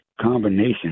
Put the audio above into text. combination